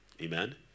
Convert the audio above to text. Amen